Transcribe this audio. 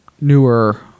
newer